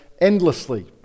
endlessly